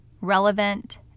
Relevant